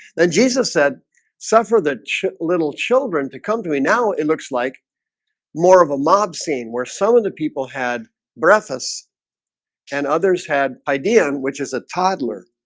then jesus said suffer the little children to come to me now. it looks like more of a mob scene where some so of the people had breakfast and others had idaean, which is a toddler